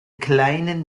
kleinen